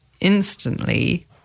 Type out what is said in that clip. instantly